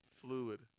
fluid